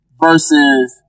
versus